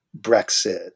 Brexit